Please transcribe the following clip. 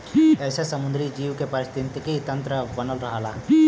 एसे समुंदरी जीव के पारिस्थितिकी तन्त्र बनल रहला